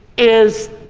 is